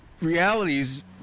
realities